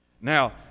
Now